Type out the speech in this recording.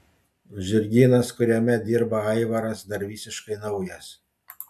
žirgynas kuriame dirba aivaras dar visiškai naujas